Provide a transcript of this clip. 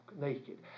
naked